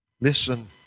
listen